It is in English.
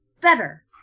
better